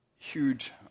huge